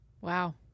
Wow